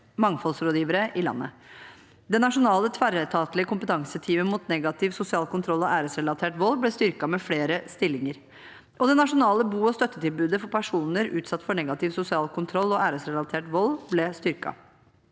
mangfoldsrådgivere i landet. Det nasjonale tverretatlige kompetanseteamet mot negativ sosial kontroll og æresrelatert vold ble styrket med flere stillinger, og det nasjonale bo- og støttetilbudet for personer utsatt for negativ sosial kontroll og æresrelatert vold ble styrket.